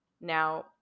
Now